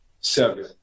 seven